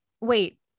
Wait